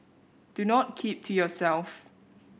do not keep to yourself